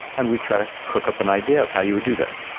and we try to cook up an idea of how you would do that.